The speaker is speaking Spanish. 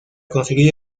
conseguir